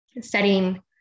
setting